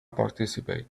participate